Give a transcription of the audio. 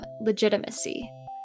legitimacy